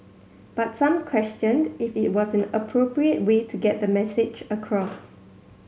but some questioned if it was an appropriate way to get the message across